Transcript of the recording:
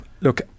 look